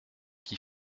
qui